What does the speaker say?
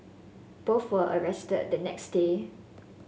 both were arrested the next day